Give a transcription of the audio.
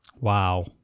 Wow